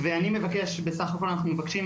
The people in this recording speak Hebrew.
בסך הכול אנחנו מבקשים